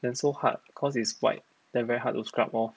and so hard cause it's white then very hard to scrub off